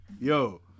Yo